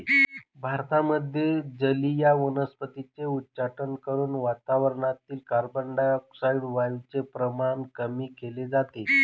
भारतामध्ये जलीय वनस्पतींचे उच्चाटन करून वातावरणातील कार्बनडाय ऑक्साईड वायूचे प्रमाण कमी केले जाते